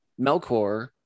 Melkor